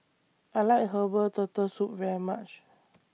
I like Herbal Turtle Soup very much